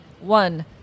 One